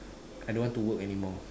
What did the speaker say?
I don't want to work anymore